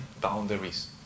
boundaries